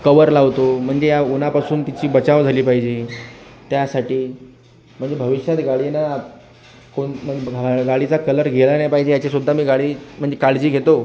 cover लावतो म्हणजे या उन्हापासून तिची बचाव झाली पाहिजे त्यासाठी म्हणजे भविष्यात गाडीनं कोणत्या गाडीचा कलर गेला नाही पाहिजे याचीसुद्धा मी गाडी म्हणजे काळजी घेतो